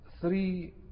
three